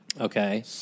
Okay